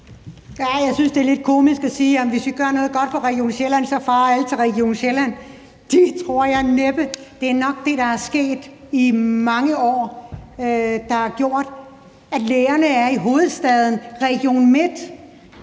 Jeg synes, det er lidt komisk at sige, at hvis vi gør noget godt for Region Sjælland, så farer alle til Region Sjælland. Det tror jeg næppe. Det er nok det, der er sket i mange år, der har gjort, at lægerne er i hovedstaden og Region